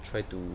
try to